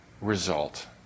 result